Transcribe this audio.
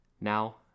Now